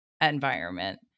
environment